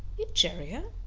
egeria?